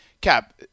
Cap